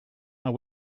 are